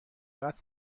قتل